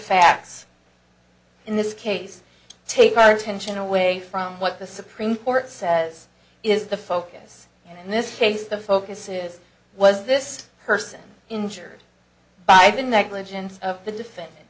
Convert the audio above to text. facts in this case take our attention away from what the supreme court says is the focus in this case the focus is was this person injured by the negligence of the defendant